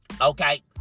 okay